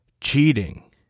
Cheating